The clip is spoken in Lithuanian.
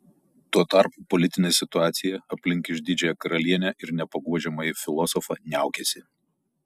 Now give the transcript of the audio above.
tuo tarpu politinė situacija aplink išdidžiąją karalienę ir nepaguodžiamąjį filosofą niaukėsi